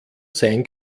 sein